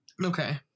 Okay